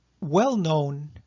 well-known